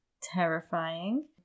terrifying